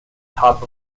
top